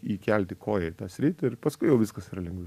įkelti koją į tą sritį ir paskui jau viskas yra lengviau